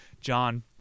John